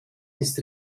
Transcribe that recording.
ist